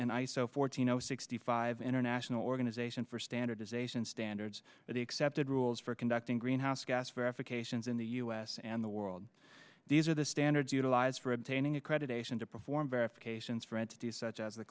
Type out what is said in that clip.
and iso fourteen zero sixty five international organization for standardization standards for the accepted rules for conducting greenhouse gas verifications in the us and the world these are the standards utilized for obtaining accreditation to perform verifications friend to do such as the